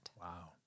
Wow